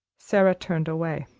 sara turned away.